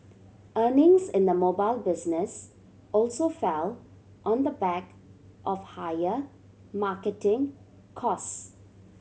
earnings in the mobile business also fell on the back of higher marketing cost